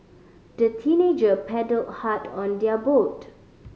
the teenager paddled hard on their boat